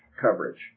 coverage